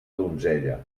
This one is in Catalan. donzella